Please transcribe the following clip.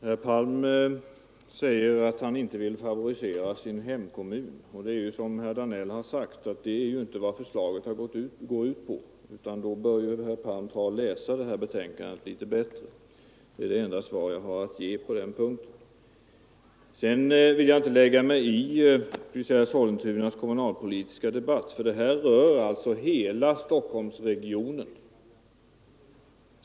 Herr talman! Herr Palm sade att han inte vill favorisera sin hemkommun, men som herr Danell framhöll är ju inte det vad förslaget går ut på. Herr Palm bör alltså läsa utskottets betänkande litet bättre. Det är det enda svar jag har att ge på den punkten. Sedan vill jag inte lägga mig i Sollentunas kommunalpolitiska debatt, för denna fråga rör hela Stockholmsregionen..